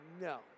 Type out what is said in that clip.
No